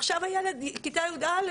עכשיו הילד כיתה י"א.